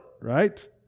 right